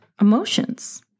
emotions